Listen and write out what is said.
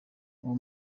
uwo